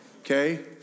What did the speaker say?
Okay